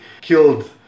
killed